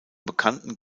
bekannten